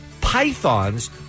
pythons